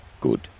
Good